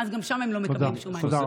ואז גם שם הם לא מקבלים שום מענה.